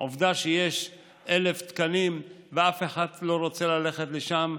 עובדה שיש 1,000 תקנים ואף אחד לא רוצה ללכת לשם,